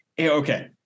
Okay